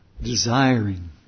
desiring